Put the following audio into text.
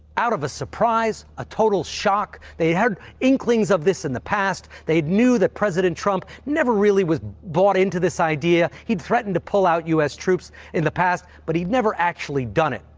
out of a surprise, a total shock. they had inklings of this in the past. they knew that president trump never really was bought into this idea. he'd threatened to pull out u. s. troops in the past, but he'd never actually done it.